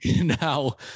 Now